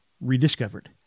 rediscovered